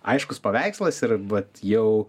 aiškus paveikslas ir vat jau